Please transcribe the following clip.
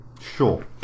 sure